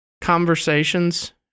conversations